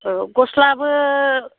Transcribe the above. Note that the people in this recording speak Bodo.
औ गस्लाबो